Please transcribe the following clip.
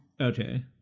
okay